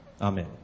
amen